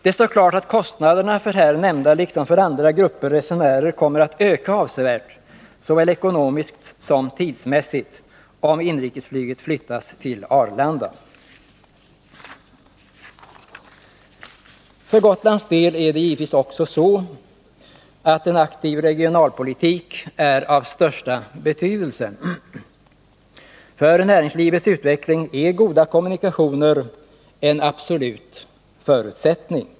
Det står klart att kostnaderna för här nämnda, liksom för andra, grupper resenärer kommer att öka avsevärt, såväl ekonomiskt som tidsmässigt, om inrikesflyget flyttas till Arlanda. För Gotlands del är givetvis också en aktiv regionalpolitik av största betydelse. Goda kommunikationer är en absolut förutsättning för näringslivets utveckling.